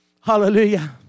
Hallelujah